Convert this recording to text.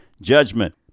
judgment